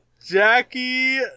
Jackie